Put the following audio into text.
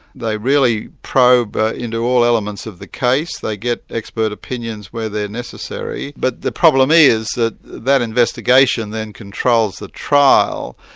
they really probe into all elements of the case, they get expert opinions where they're necessary. but the problem is that that investigation then controls the trial,